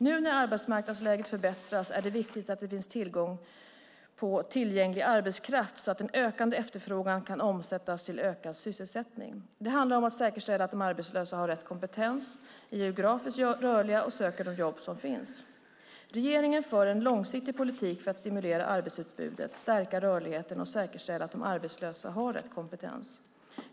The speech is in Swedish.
Nu när arbetsmarknadsläget förbättras är det viktigt att det finns tillgänglig arbetskraft så att den ökande efterfrågan kan omsättas i ökad sysselsättning. Det handlar om att säkerställa att de arbetslösa har rätt kompetens, är geografiskt rörliga och söker de jobb som finns. Regeringen för en långsiktig politik för att stimulera arbetsutbudet, stärka rörligheten och säkerställa att de arbetslösa har rätt kompetens.